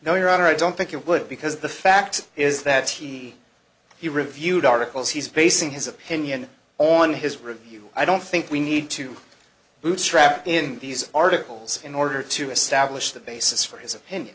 no your honor i don't think it would because the fact is that he he reviewed articles he's basing his opinion on his review i don't think we need to bootstrap in these articles in order to establish the basis for his opinion